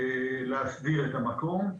להסדיר את המקום.